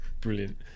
Brilliant